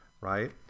right